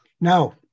No